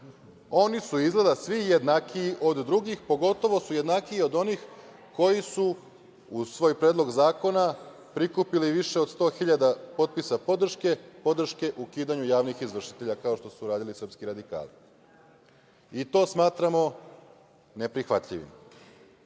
su izgleda svi jednakiji od drugih, pogotovo su jednakiji od onih koji su uz svoj predlog zakona prikupili više od 100.000 potpisa podrške, podrške o ukidanju javnih izvršitelja, kao što su uradili srpski radikali i to smatramo neprihvatljivim. Meni